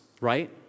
right